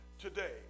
today